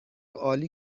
عالی